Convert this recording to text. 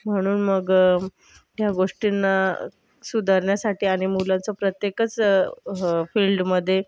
म्हणून मग ह्या गोष्टींना सुधारण्यासाठी आणि मुलांचं प्रत्येकच फील्डमध्ये